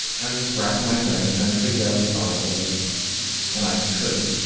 i was just racking my brain trying to figure out what song it was and i couldn't.